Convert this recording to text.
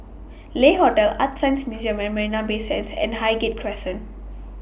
Le Hotel ArtScience Museum At Marina Bay Sands and Highgate Crescent